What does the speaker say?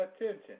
attention